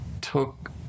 took